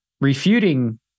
refuting